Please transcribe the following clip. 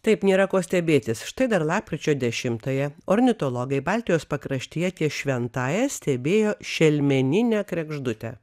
taip nėra ko stebėtis štai dar lapkričio dešimtąją ornitologai baltijos pakraštyje ties šventąja stebėjo šelmeninę kregždutę